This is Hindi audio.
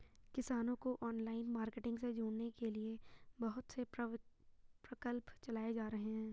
किसानों को ऑनलाइन मार्केटिंग से जोड़ने के लिए बहुत से प्रकल्प चलाए जा रहे हैं